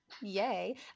Yay